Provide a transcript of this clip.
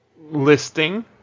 listing